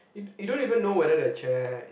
you you don't even know whether the chair